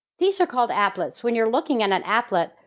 these are called applets. when you're looking at an applet,